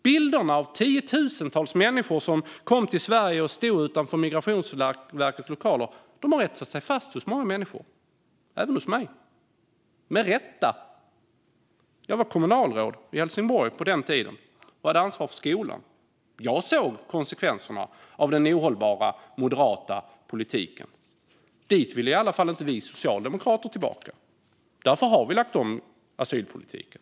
Bilderna av tiotusentals människor som kom till Sverige och stod utanför Migrationsverkets lokaler har etsat sig fast hos många människor - även hos mig - med rätta. Jag var kommunalråd i Helsingborg på den tiden och hade ansvar för skolan. Jag såg konsekvenserna av den ohållbara moderata politiken. Vi socialdemokrater vill i alla fall inte tillbaka dit. Därför har vi lagt om asylpolitiken.